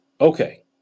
Okay